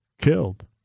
killed